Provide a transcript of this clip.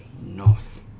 north